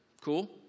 Cool